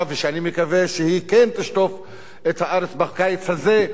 ושאני מקווה שהיא כן תשטוף את הארץ בקיץ הזה,